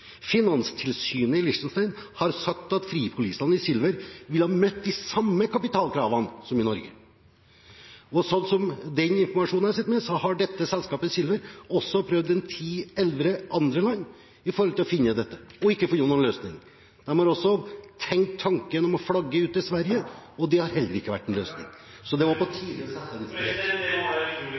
Finanstilsynet i Liechtenstein har sagt at fripolisene i Silver ville ha møtt de samme kapitalkravene som i Norge. Etter den informasjonen jeg sitter med, har dette selskapet, Silver, også prøvd ti–elleve andre land for å finne ut av dette, men ikke funnet noen løsning. De har også tenkt tanken å flagge ut til Sverige. Det har heller ikke vært en løsning. Så det var på tide å sette en strek. Det må være utrolig